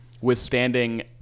withstanding